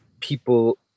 people